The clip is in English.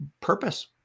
purpose